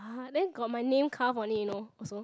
ah then got my name carved on it you know also